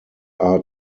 are